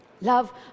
Love